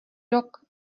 rok